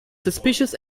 suspicious